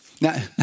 Now